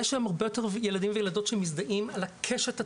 יש היום הרבה יותר ילדים וילדות שמזדהים על הקשת הטרנסית,